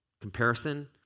Comparison